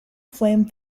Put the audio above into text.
flame